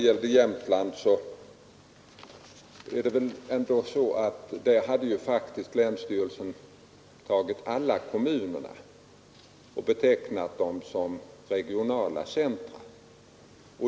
I Jämtland hade faktiskt länsstyrelsen betecknat alla kommuner utöver Östersund som regionala centra.